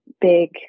big